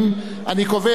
חבר הכנסת בן-ארי,